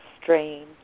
strain